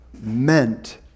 meant